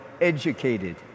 educated